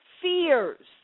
fears